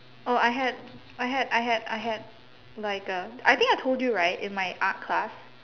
oh I had I had I had I had like a I think I told you right in my art class